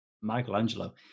Michelangelo